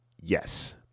Yes